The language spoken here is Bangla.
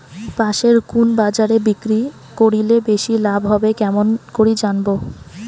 পাশের কুন বাজারে বিক্রি করিলে বেশি লাভ হবে কেমন করি জানবো?